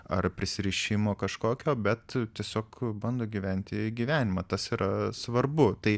ar prisirišimo kažkokio bet tiesiog bando gyventi gyvenimą tas yra svarbu tai